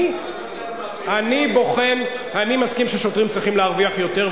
אני מסכים ששוטרים צריכים להרוויח יותר,